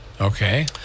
Okay